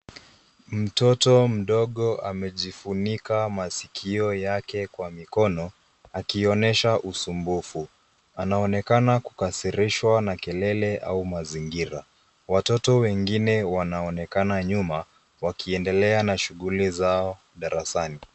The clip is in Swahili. Mtoto mdogo amejifunika masikio yake kwa mikono, akionesha usumbufu. Anaonekana kukasirishwa na kelele au mazingira. Watoto wengine wanaonekana nyuma, wakiendelea na shughuli zao darasani.